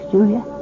Julia